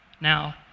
Now